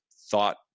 thought